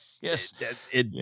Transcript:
yes